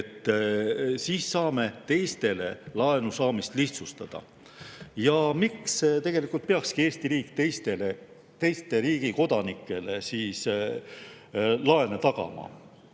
siis saame teistel laenu saamist lihtsustada. Ja miks tegelikult peakski Eesti riik teiste riikide kodanikele laene tagama?